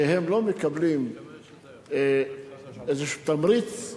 שלא מקבלים תמריץ כלשהו,